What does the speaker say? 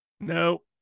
no